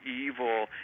evil